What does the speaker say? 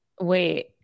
Wait